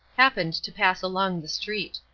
happened to pass along the street.